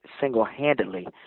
single-handedly